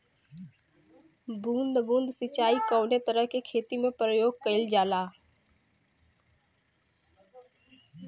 बूंद बूंद सिंचाई कवने तरह के खेती में प्रयोग कइलजाला?